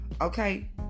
Okay